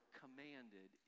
commanded